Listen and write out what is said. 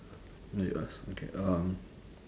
no you ask okay um